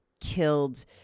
killed